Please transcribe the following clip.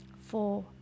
four